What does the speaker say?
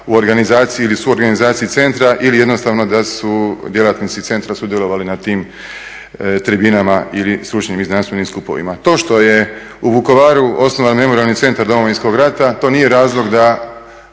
u organizaciji ili suorganizaciji centra ili jednostavno da su djelatnici centra sudjelovali na tim tribinama ili stručnim i znanstvenim skupovima. To što je Vukovaru osnovan Memorijalni centar Domovinskog rata to nije razlog da